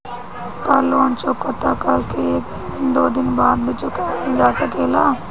का लोन चुकता कर के एक दो दिन बाद भी चुकावल जा सकेला?